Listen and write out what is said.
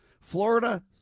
Florida